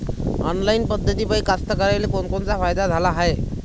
Online पद्धतीपायी कास्तकाराइले कोनकोनचा फायदा झाला हाये?